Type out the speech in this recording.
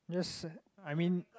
just I mean